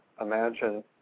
imagine